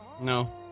No